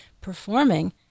performing